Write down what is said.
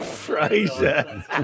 Fraser